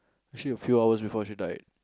actually a few hours before she died